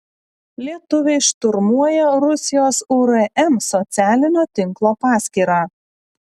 lietuviai šturmuoja rusijos urm socialinio tinklo paskyrą